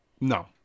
no